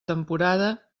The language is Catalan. temporada